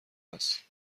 است